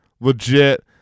legit